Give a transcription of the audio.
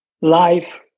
life